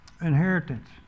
inheritance